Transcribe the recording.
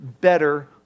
better